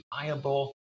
reliable